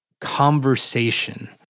conversation